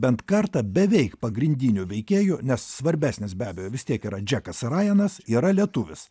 bent kartą beveik pagrindiniu veikėju nes svarbesnis be abejo vis tiek yra džekas rajenas yra lietuvis